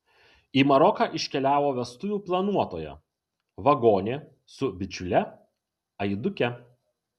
į maroką iškeliavo vestuvių planuotoja vagonė su bičiule aiduke